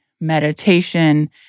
meditation